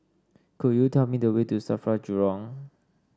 could you tell me the way to Safra Jurong